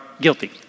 guilty